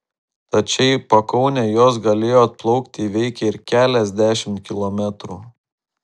tad čia į pakaunę jos galėjo atplaukti įveikę ir keliasdešimt kilometrų